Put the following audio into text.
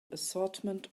assortment